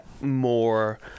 more